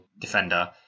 defender